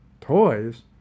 Toys